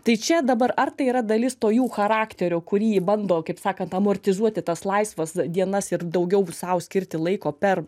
tai čia dabar ar tai yra dalis to jų charakterio kurį bando kaip sakant amortizuoti tas laisvas dienas ir daugiau sau skirti laiko per